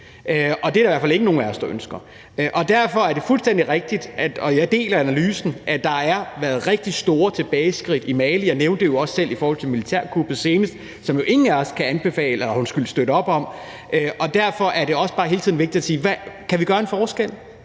Og det er der i hvert fald ikke nogen af os, der ønsker. Derfor er det fuldstændig rigtigt – og jeg deler analysen – at der har været rigtig store tilbageskridt i Mali. Jeg nævnte det jo også selv i forhold til militærkuppet senest, som ingen af os jo kan støtte op om. Derfor er det også bare hele tiden vigtigt at spørge: Kan vi gøre en forskel?